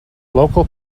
local